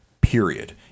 period